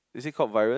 is it called virus